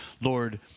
Lord